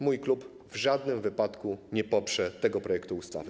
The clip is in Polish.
Mój klub w żadnym wypadku nie poprze tego projektu ustawy.